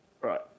Right